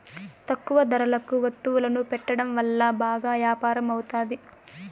తక్కువ ధరలకు వత్తువులను పెట్టడం వల్ల బాగా యాపారం అవుతాది